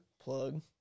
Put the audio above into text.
plug